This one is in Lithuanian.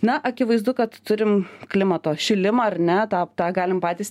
na akivaizdu kad turim klimato šilimą ar ne tą tą galim patys